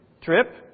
trip